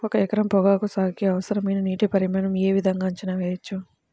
ఒక ఎకరం పొగాకు సాగుకి అవసరమైన నీటి పరిమాణం యే విధంగా అంచనా వేయవచ్చు?